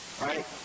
right